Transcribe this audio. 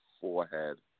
forehead